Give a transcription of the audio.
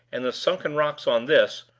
and the sunken rocks on this,